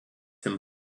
him